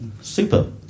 super